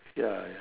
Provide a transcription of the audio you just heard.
ya ya